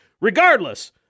regardless